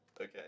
Okay